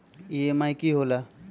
EMI की होला?